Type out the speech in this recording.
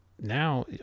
now